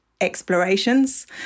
explorations